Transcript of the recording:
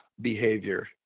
behavior